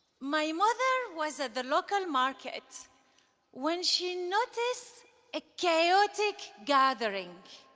my mother was at the local market when she noticed a chaotic gathering.